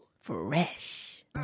Fresh